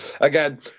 Again